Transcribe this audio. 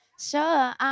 Sure